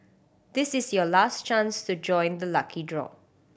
this is your last chance to join the lucky draw